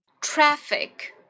Traffic